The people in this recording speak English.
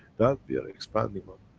that we are expanding on.